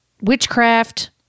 witchcraft